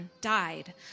died